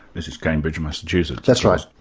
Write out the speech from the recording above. this is cambridge massachusetts. that's right.